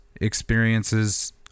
experiences